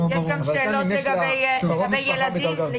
אבל לה יש קרוב משפחה מדרגה --- יש גם